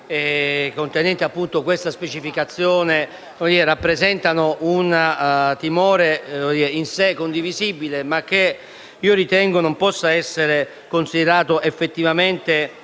recanti tale specificazione, rappresentano un timore in sé condivisibile, ma che non ritengo possa essere considerato effettivamente